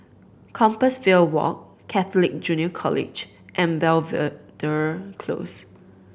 Compassvale Walk Catholic Junior College and Belvedere Close